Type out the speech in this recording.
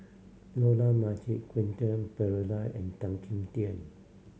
Dollah Majid Quentin Pereira and Tan Kim Tian